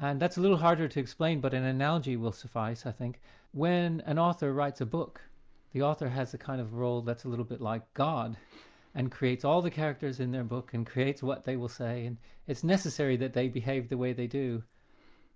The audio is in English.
and that's a little harder to explain but an analogy will suffice i think when an author writes a book the author has a kind of role that's a little bit like god and creates all the characters in that book and creates what they will say and it's necessary that they behave the way they do